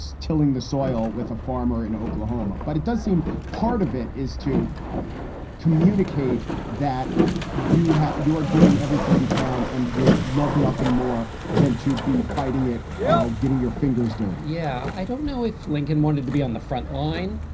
tilling the soil with a farmer in oklahoma. but it does seem part of it is to communicate that you you are giving everything you can and would love, nothing more than to be fighting it. getting your fingers dirty yeah. i don't know if lincoln wanted to be on the front line,